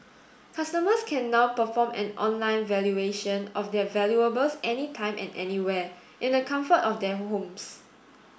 customers can now perform an online valuation of their valuables any time and anywhere in the comfort of their homes